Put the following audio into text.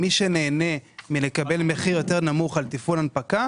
מי שנהנה מקבלת מחיר יותר נמוך על תפעול הנפקה,